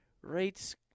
rates